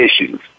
issues